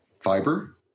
fiber